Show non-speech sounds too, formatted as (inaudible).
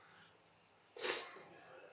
(noise)